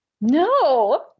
No